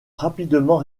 rapidement